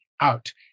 out